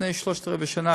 לפני שלושת רבעי שנה,